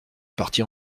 parti